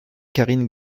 karine